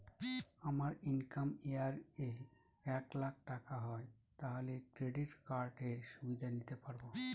আমার income year এ এক লাক টাকা হয় তাহলে ক্রেডিট কার্ড এর সুবিধা নিতে পারবো?